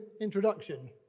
introduction